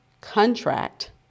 contract